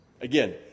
Again